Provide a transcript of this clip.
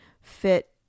fit